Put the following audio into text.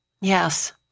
Yes